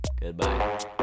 Goodbye